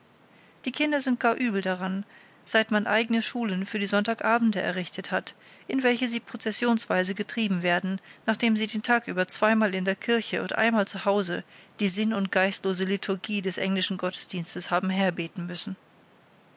die kinder sind gar übel daran seit man eigene schulen für die sonntagabende errichtet hat in welche sie prozessionsweise getrieben werden nachdem sie den tag über zweimal in der kirche und einmal zu hause die sinn und geistlose liturgie des englischen gottesdienstes haben herbeten müssen